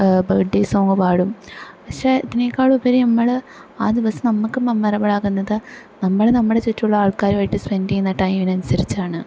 birthday song പാടും പക്ഷേ അതിനെക്കാളും ഉപരി നമ്മള് ആ ദിവസം നമുക്ക് മെമ്മറബിളാകുന്നത് നമ്മള് നമ്മുടെ ചുറ്റുള്ള ആൾക്കാരുവായിട്ട് സ്പെൻഡ് ചെയ്യുന്ന ടൈമിനനുസരിച്ചാണ്